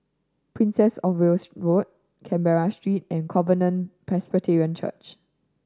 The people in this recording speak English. Princess Of Wales Road Canberra Street and Covenant Presbyterian Church